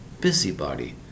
Busybody